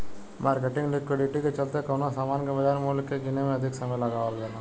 marketing liquidity के चलते कवनो सामान के बाजार मूल्य के गीने में अधिक समय लगावल जाला